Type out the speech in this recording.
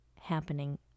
happening